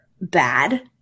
bad